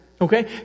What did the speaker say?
Okay